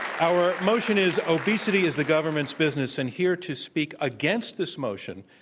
our motion is obesity is the government's business. and here to speak against this motion,